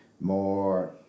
more